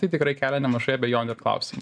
tai tikrai kelia nemažai abejonių ir klausimų